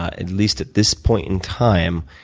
at least at this point in time,